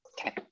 Okay